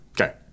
Okay